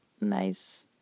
nice